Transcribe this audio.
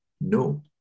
No